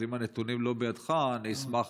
אם הנתונים לא בידך, אני אשמח